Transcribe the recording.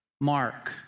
mark